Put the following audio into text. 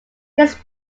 this